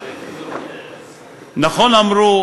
נכון אמרו